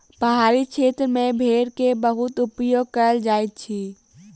पहाड़ी क्षेत्र में भेड़ के बहुत उपयोग कयल जाइत अछि